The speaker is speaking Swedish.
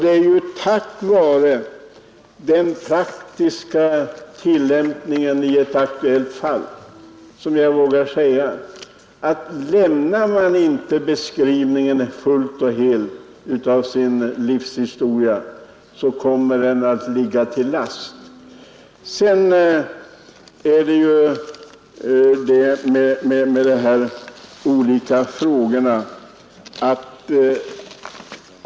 Det är till följd av den praktiska tillämpningen av bestämmelserna i ett aktuellt fall som jag vågar säga att anger man inte sitt livs historia helt och fullt så kommer detta att ligga en till last vid ansökningens behandling.